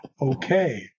Okay